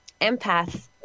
empaths